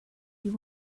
you